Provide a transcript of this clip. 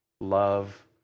love